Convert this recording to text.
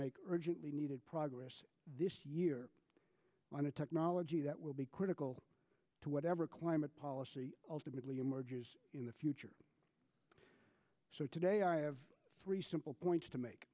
make urgently needed progress this year i'm a technology that will be critical to whatever climate policy ultimately emerges in the future so today i have three simple points to make